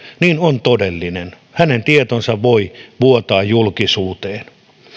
on todellinen hänen tietonsa voi vuotaa julkisuuteen